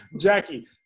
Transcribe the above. Jackie